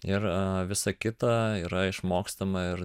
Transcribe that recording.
ir visa kita yra išmokstama ir